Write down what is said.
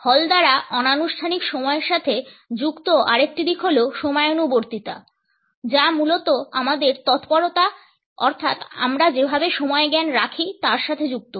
হল দ্বারা অনানুষ্ঠানিক সময়ের সাথে যুক্ত আরেকটি দিক হল সময়ানুবর্তিতা যা মূলত আমাদের তৎপরতা অর্থাৎ আমরা যেভাবে সময়জ্ঞান রাখি তার সাথে যুক্ত